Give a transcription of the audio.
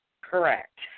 Correct